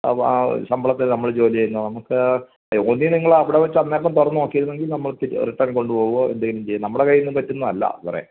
ആ ശമ്പളത്തിന് നമ്മള് ജോലി ചെയ്യുന്നെ നമുക്ക് ഒന്നീ നിങ്ങള് അവിടെ വച്ച് അന്നേരം തുറന്നുനോക്കിയിരുന്നെങ്കിൽ നമ്മള്ക്ക് റിട്ടേൺ കൊണ്ടുപോവുകയോ എന്തേലും ചെയ്യാം നമ്മളെ കയ്യീന്ന് പറ്റുന്നതല്ല അത് സാറെ